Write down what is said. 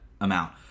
amount